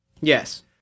Yes